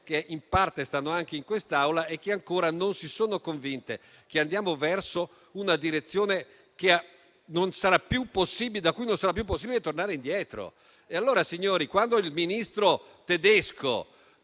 che in parte siedono in quest'Aula e che ancora non si sono convinte che ci muoviamo verso una direzione da cui non sarà più possibile tornare indietro. Colleghi, quando un Ministro tedesco